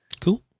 Cool